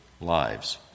lives